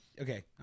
okay